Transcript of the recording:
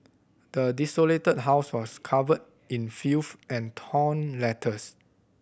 the desolated house was covered in filth and torn letters